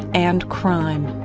and crime.